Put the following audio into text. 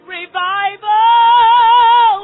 revival